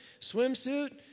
Swimsuit